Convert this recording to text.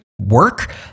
work